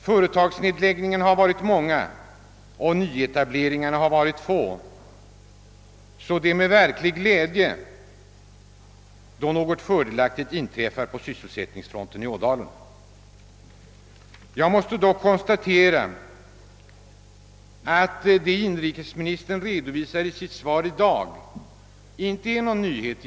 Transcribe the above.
Företagsnedläggningarna har varit många och nyetableringarna få. Det kommer därför att hälsas med verklig glädje om något fördelaktigt inträffar på sysselsättningsfronten i Ådalen. Jag måste konstatera att vad inrikesministern i dag redovisar i sitt svar inte är någon nyhet.